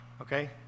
Okay